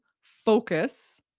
focus